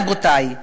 רבותי,